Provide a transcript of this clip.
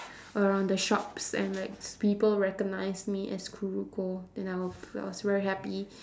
around the shops and like people recognized me as kuroko and I w~ I was very happy